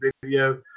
video